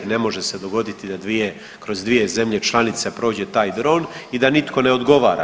Ne može se dogoditi da dvije, kroz dvije zemlje članice prođe taj dron i da nitko ne odgovara.